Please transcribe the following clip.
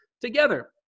together